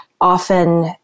often